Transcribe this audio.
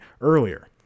earlier